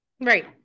Right